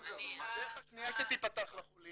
------ הדרך השנייה שתפתח לחולים